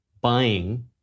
buying